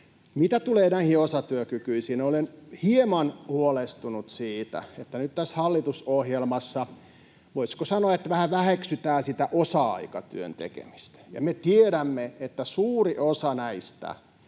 Mitä tulee näihin osatyökykyisiin, olen hieman huolestunut siitä, että nyt tässä hallitusohjelmassa, voisiko sanoa, vähän väheksytään sitä osa-aikatyön tekemistä, ja me tiedämme, että suuri osa näistä